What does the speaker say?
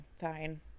fine